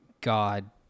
God